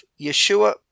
yeshua